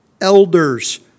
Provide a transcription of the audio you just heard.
elders